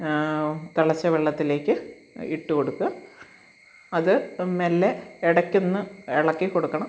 തിളച്ച വെള്ളത്തിലേക്ക് ഇട്ടു കൊടുക്കുക അതു മെല്ലെ ഇടക്കൊന്നു ഇളക്കി കൊടുക്കണം